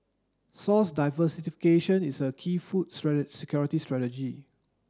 source diversification is a key food security strategy